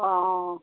অ'